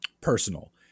personal